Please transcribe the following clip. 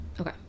Okay